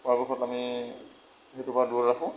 পৰাপক্ষত আমি সেইটোৰ পৰা দূৰত ৰাখোঁ